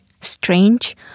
strange